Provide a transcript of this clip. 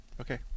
okay